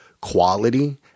quality